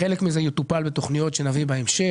וחלק מזה מטופל בתכניות שנביא בהמשך.